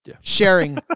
sharing